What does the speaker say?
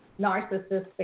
narcissistic